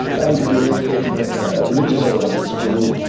and he was educated in a religious-oriented school,